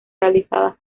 realizadas